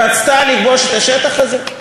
רצתה לכבוש את השטח הזה?